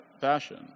fashion